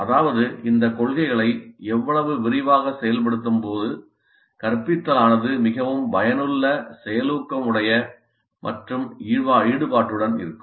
அதாவது இந்த கொள்கைகளை எவ்வளவு விரிவாக செயல்படுத்தும்போது கற்பித்தலானதுமிகவும் பயனுள்ள செயலூக்கம் உடைய மற்றும் ஈடுபாட்டுடன் இருக்கும்